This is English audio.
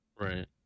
Right